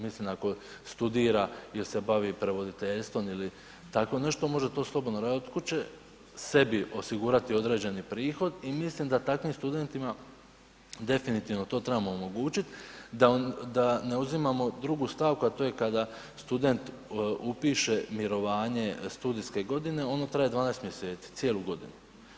Mislim ako studira ili se bavi prevoditeljstvom ili tako nešto, može to slobodno radit od kuće, sebi osigura određeni prihod i mislim da takvim studentima definitivno to trebamo omogućit, da ne uzimamo drugu stavku a to je kada student upiše mirovanje studijske godine, ono traje 12 mj., cijelu godinu.